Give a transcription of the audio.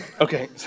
Okay